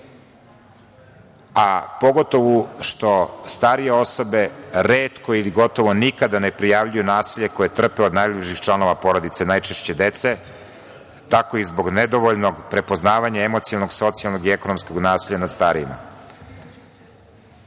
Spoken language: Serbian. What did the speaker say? a pogotovo što starije osobe retko ili gotovo nikada ne prijavljuju nasilje koje trpe od najužih članova porodice, najčešće dece, tako i zbog nedovoljnog prepoznavanja emocionalnog, socijalnog i ekonomskog nasilja nad starijima. Takođe,